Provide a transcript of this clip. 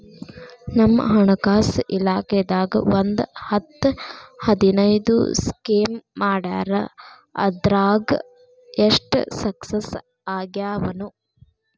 ನಮ್ ಹಣಕಾಸ್ ಇಲಾಖೆದಾಗ ಒಂದ್ ಹತ್ತ್ ಹದಿನೈದು ಸ್ಕೇಮ್ ಮಾಡ್ಯಾರ ಅದ್ರಾಗ ಎಷ್ಟ ಸಕ್ಸಸ್ ಆಗ್ಯಾವನೋ